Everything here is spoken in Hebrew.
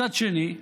מצד שני,